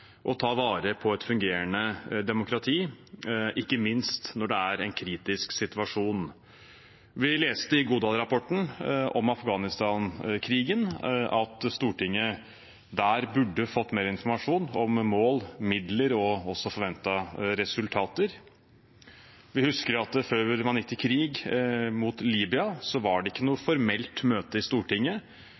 å ta vare på et fungerende demokrati, ikke minst når det er en kritisk situasjon. Vi leste i Godal-rapporten om Afghanistan-krigen at Stortinget der burde ha fått mer informasjon om mål, midler og forventede resultater. Vi husker at før man gikk til krig mot Libya, var det ikke noe formelt møte i Stortinget,